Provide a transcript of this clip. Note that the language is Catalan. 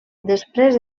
després